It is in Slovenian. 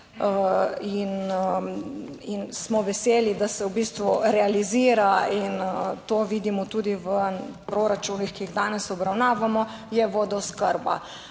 in smo veseli, da se v bistvu realizira in to vidimo tudi v proračunih, ki jih danes obravnavamo, je vodooskrba.